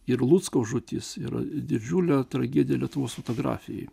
ir luckaus žūtis yra didžiulė tragedija lietuvos fotografijai